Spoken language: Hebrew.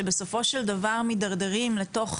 שבסופו של דבר מתדרדרים לתוך